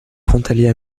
frontalier